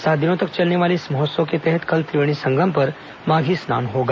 सात दिनों तक चलने वाले इस महोत्सव के तहत कल त्रिवेणी संगम में माघी स्नान होगा